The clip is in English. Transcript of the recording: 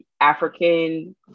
African